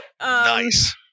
Nice